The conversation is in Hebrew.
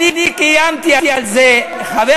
חבר